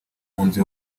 munzu